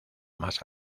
más